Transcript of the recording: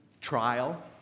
trial